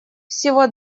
всего